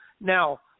Now